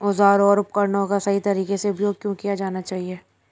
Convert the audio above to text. औजारों और उपकरणों का सही तरीके से उपयोग क्यों किया जाना चाहिए?